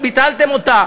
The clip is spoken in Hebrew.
שביטלתם אותה,